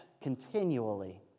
continually